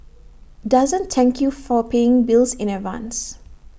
doesn't thank you for paying bills in advance